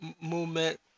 movement